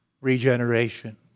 regeneration